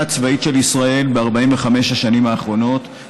הצבאית של ישראל ב-45 השנים האחרונות,